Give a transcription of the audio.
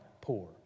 poor